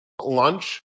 Lunch